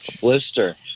blister